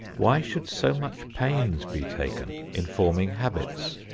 why should so much pains be taken in forming habits?